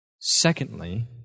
Secondly